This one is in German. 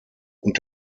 und